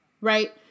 Right